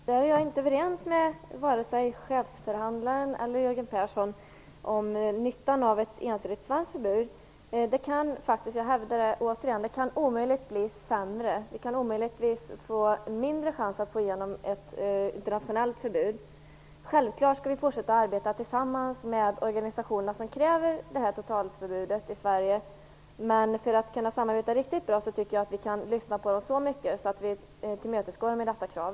Fru talman! Jag är inte överens med vare sig chefsförhandlaren eller Jörgen Persson om nyttan av ett ensidigt svenskt förbud. Jag hävdar återigen att det omöjligt kan bli sämre. Vi kan omöjligt få mindre chanser att få igenom ett internationellt förbud. Självklart skall vi fortsätta arbeta tillsammans med de organisationer som kräver ett totalförbud i Sverige. Men för att kunna samarbeta riktigt bra tycker jag att vi skall lyssna på dem så mycket att vi tillmötesgår dem i detta krav.